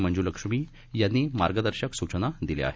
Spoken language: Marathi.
मंजुलक्ष्मी यांनी मार्गदर्शक सूचना दिल्या आहेत